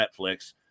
netflix